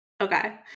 Okay